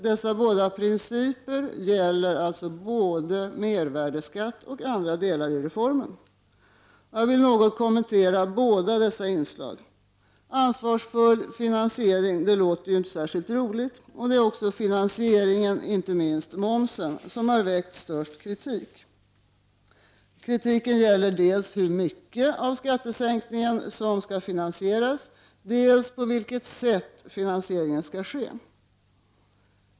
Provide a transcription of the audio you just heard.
Dessa båda principer gäller alltså både mervärdeskatter och andra delar av reformen. Jag vill något kommentera båda dessa inslag. Ansvarsfull finansiering låter inte särskilt roligt, och det är också finansieringen, inte minst momsen, som har väckt störst kritik. Kritiken gäller dels hur mycket av skattesänkningen som skall finansieras, dels på vilket sätt finansieringen skall ske.